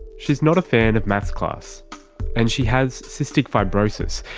she's not a fan of maths class and she has cystic fibrosis,